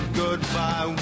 goodbye